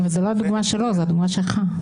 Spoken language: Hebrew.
זו לא הדוגמה שלו, זו הדוגמה שלך.